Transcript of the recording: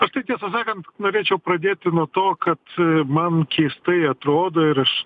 aš tai tiesą sakant norėčiau pradėti nuo to kad man keistai atrodo ir aš